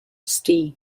ste